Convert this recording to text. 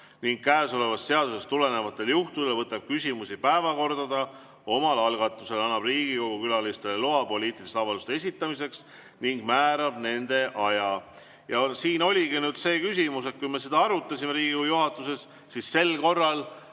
ning käesolevast seadusest tulenevatel juhtudel võtab küsimusi päevakorda omal algatusel, annab Riigikogu külalistele loa poliitiliste avalduste esitamiseks ning määrab nende aja. Siin oligi see küsimus, et kui me seda Riigikogu juhatuses arutasime, siis sel korral